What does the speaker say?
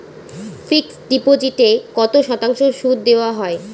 Fixed ডিপোজিটে কত শতাংশ সুদ দেওয়া হয়?